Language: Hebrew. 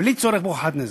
בלי צורך בהוכחת נזק.